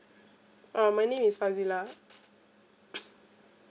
uh my name is fazilah